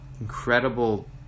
incredible